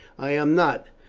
i am not.